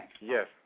Yes